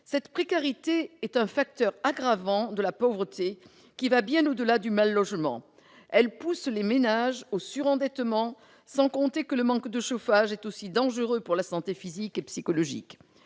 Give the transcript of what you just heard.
Cette précarité est un facteur aggravant de la pauvreté, qui va bien au-delà du mal-logement. Elle pousse les ménages au surendettement, sans compter que le manque de chauffage est également dangereux pour la santé physique et psychologique.